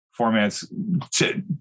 formats